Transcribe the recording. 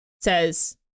says